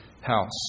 house